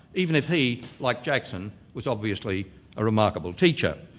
even if he, like jackson, was obviously a remarkable teacher.